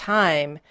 time